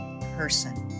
person